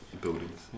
Buildings